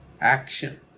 Action